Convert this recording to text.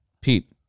Pete